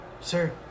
sir